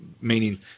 meaning